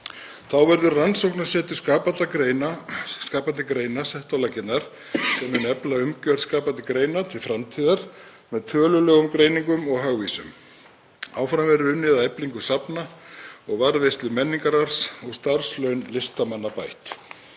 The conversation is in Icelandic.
Þá verður rannsóknasetur skapandi greina sett á laggirnar, sem mun efla umgjörð skapandi greina til framtíðar með tölulegum greiningum og hagvísum. Áfram verður unnið að eflingu safna og varðveislu menningararfs og starfslaun listamanna bætt.